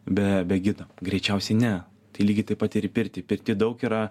be be gido greičiausiai ne tai lygiai taip pat ir į pirtį pirty daug yra